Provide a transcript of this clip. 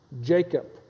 Jacob